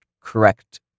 correct